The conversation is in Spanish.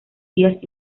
días